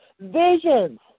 visions